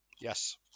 Yes